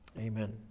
Amen